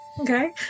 Okay